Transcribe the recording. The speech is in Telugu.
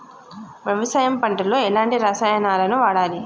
వ్యవసాయం పంట లో ఎలాంటి రసాయనాలను వాడాలి?